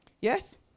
Yes